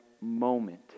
moment